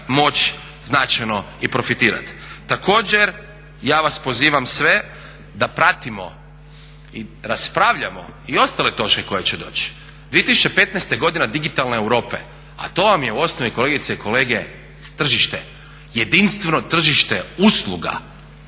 moći značajno i profitirati. Također ja vas pozivam sve da pratimo i raspravljamo i ostale točke koje će doći. 2015. je godina digitalne Europe a to vam je u osnovi kolegice i kolege tržište, jedinstveno tržište usluga